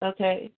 Okay